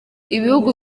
ibihugu